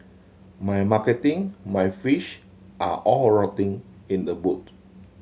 my marketing my fish are all rotting in the boot